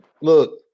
look